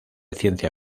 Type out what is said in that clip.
ciencia